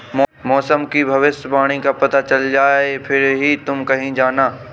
मौसम की भविष्यवाणी का पता चल जाए फिर ही तुम कहीं जाना